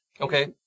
Okay